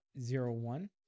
Zero-One